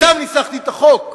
אתם ניסחתי את החוק,